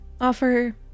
offer